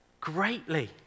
greatly